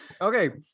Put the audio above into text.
Okay